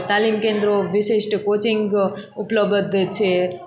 તાલીમ કેન્દ્રો વિશિષ્ટ કોચિંગ ઉપલબ્ધ છે